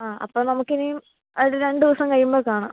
ആ അപ്പം നമുക്ക് ഇനിയും ഒരു രണ്ട് ദിവസം കഴിയുമ്പോൾ കാണാം